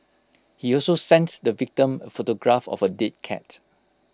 he also sent the victim A photograph of A dead cat